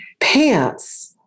pants